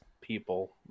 people